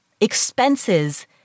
expenses